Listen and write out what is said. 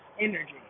energy